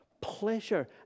pleasure